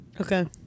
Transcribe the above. Okay